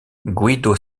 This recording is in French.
guido